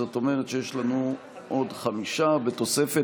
זאת אומרת שיש לנו עוד חמישה בתוספת,